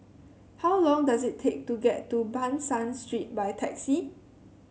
how long does it take to get to Ban San Street by taxi